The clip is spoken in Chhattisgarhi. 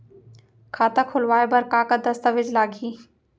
खाता खोलवाय बर का का दस्तावेज लागही?